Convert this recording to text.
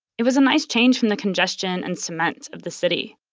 it was a nice change from the congestion and cement of the city.